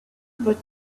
but